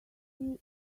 see